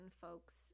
folks